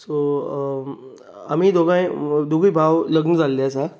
आमी दोगांय दोगूय भाव लग्न जाल्ले आसा